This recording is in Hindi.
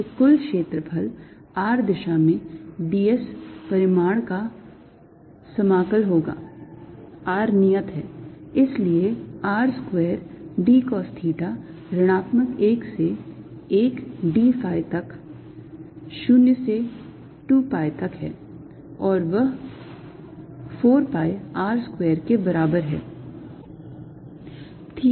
तो कुल क्षेत्रफल r दिशा में ds परिमाण का समाकल होगा r नियत है इसलिए R square d cos theta ऋणात्मक 1 से 1 d phi तक 0 से 2 pi तक है और वह 4 pi R square के बराबर है